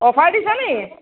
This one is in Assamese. অফাৰ দিছে নি